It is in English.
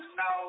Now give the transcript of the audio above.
no